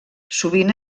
sovint